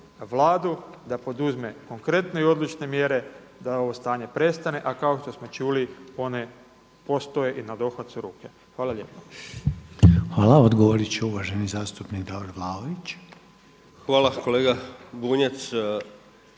Vladu da poduzme konkretne i odlučne mjere da ovo stanje prestane, a kao što smo čuli one postoje i na dohvat su ruke. Hvala lijepo. **Reiner, Željko (HDZ)** Hvala. Odgovorit će uvaženi zastupnik Davor Vlaović. **Vlaović, Davor